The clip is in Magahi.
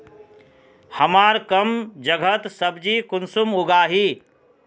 हमार कम जगहत सब्जी कुंसम उगाही?